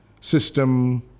system